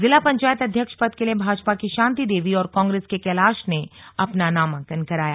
जिला पंचायत अध्यक्ष पद के लिए भाजपा की शांति देवी और कांग्रेस के कैलाश ने अपना नामांकन कराया